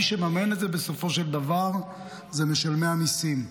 מי שמממן את זה בסופו של דבר זה משלמי המיסים.